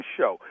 Show